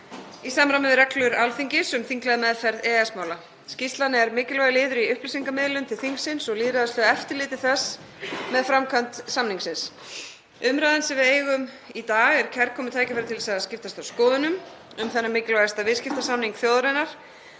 í samræmi við reglur Alþingis um þinglega meðferð EES-mála. Skýrslan er mikilvægur liður í upplýsingamiðlun til þingsins og lýðræðislegu eftirliti þess með framkvæmd samningsins. Umræðan sem við eigum í dag er kærkomið tækifæri til að skiptast á skoðunum um þennan mikilvægasta viðskiptasamning þjóðarinnar,